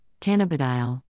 cannabidiol